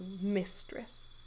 mistress